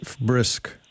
brisk